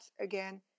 again